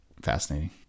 Fascinating